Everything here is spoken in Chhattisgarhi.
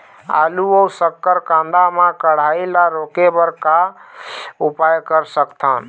आलू अऊ शक्कर कांदा मा कढ़ाई ला रोके बर का उपाय कर सकथन?